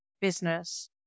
business